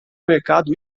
mercado